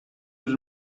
yüz